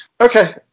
Okay